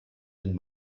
den